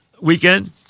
weekend